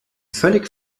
völlig